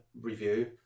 review